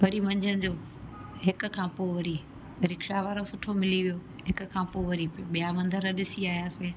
वरी मंझंदि जो हिक खां पोइ वरी रिक्षा बारो सुठो मिली वियो हिकु खाम पोइ वरी ॿिया मंदरु ॾिसी आहियासीं